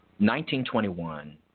1921